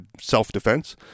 self-defense